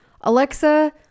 Alexa